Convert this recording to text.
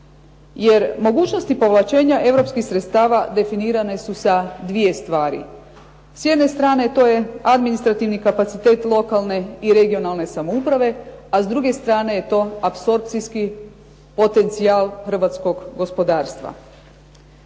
jer mogućnosti povlačenja europskih sredstava definirane su sa dvije stvari. S jedne strane to je administrativni kapacitet lokalne i regionalne samouprave, a s druge strane je to apsorpcijski potencijal hrvatskog gospodarstva.